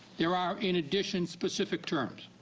there are in addition, specific terms.